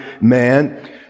man